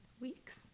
Weeks